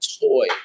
toy